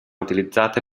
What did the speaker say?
utilizzate